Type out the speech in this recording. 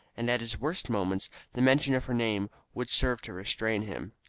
and at his worst moments the mention of her name would serve to restrain him.